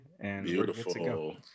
Beautiful